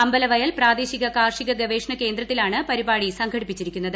അമ്പലവയൽ പ്രാദേശിക കാർഷിക ഗവേഷണ കേന്ദ്രത്തിലാണ് പരിപാടി സ്മംഘടിപ്പിച്ചിരിക്കുന്നത്